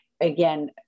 again